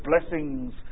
blessings